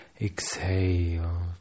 Exhale